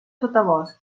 sotabosc